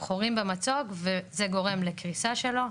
חורים במצוק וזה גורם לקריסה שלו.